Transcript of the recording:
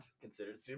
considered